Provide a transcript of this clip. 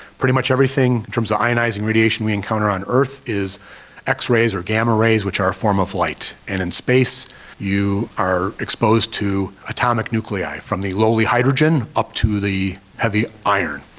pretty much everything terms of the ionising radiation we encounter on earth is x-rays or gamma rays which are a form of light. and in space you are exposed to atomic nuclei, from the lowly hydrogen up to the heavy iron.